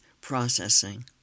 processing